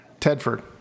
Tedford